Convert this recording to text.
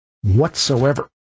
whatsoever